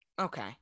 Okay